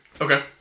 Okay